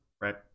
right